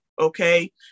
okay